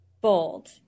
Bold